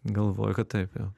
galvoju kad taip jo